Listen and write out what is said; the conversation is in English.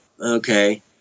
okay